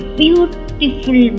beautiful